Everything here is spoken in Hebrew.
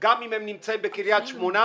גם אם הם נמצאים בקריית שמונה,